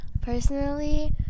personally